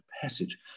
passage